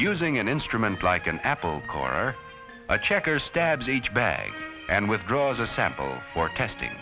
using an instrument like an apple corer a check or stabs each bag and withdraws a sample for testing